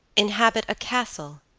inhabit a castle,